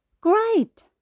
great